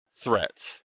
threats